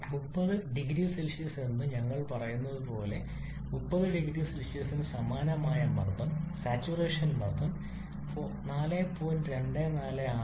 30 0 C എന്ന് ഞങ്ങൾ പറന്നുയരുന്നതുപോലെ 30 0 സിക്ക് സമാനമായ മർദ്ദം സാച്ചുറേഷൻ മർദ്ദം 4